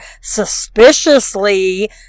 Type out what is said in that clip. suspiciously